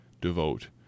devote